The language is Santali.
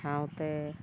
ᱥᱟᱶᱛᱮ